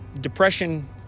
depression